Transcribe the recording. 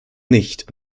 nicht